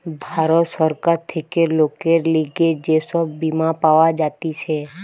ভারত সরকার থেকে লোকের লিগে যে সব বীমা পাওয়া যাতিছে